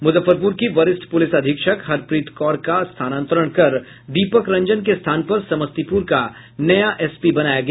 मुजफ्फरपुर की वरिष्ठ पुलिस अधीक्षक हरप्रीत कौर का स्थानांतरण कर दीपक रंजन के स्थान पर समस्तीपुर का नया एसपी बनाया गया